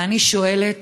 ואני שואלת: